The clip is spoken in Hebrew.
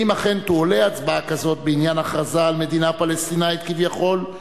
ואם אכן תועלה הצבעה כזאת בעניין הכרזה על מדינה פלסטינית כביכול,